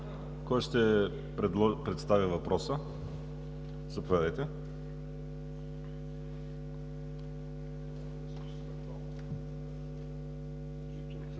Кой ще представи въпроса? Заповядайте.